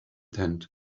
tent